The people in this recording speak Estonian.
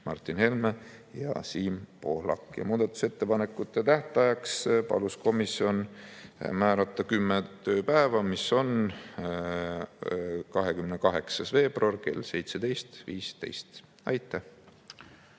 Martin Helme ja Siim Pohlak. Muudatusettepanekute tähtajaks palus komisjon määrata kümme tööpäeva, nii et tähtaeg on 28. veebruaril kell 17.15. Aitäh!